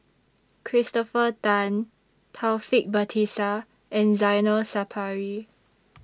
Christopher Tan Taufik Batisah and Zainal Sapari